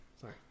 Sorry